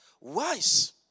Wise